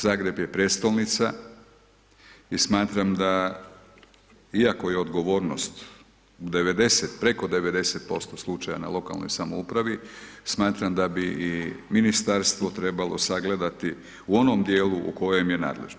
Zagreb je prijestolnica i smatram da iako je odgovornost 90, preko 90% slučaja na lokalnoj samoupravi, smatram da bi i ministarstvo trebalo sagledati u onom dijelu u kojem je nadležno.